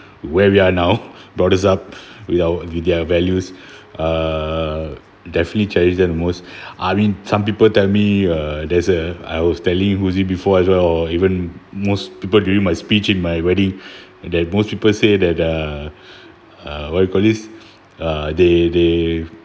where we are now brought us up with our with their values uh definitely cherish the most I mean some people tell me uh there's a I was telling huzi before as well or even most people during my speech in my wedding that most people say that uh uh what you call this uh they they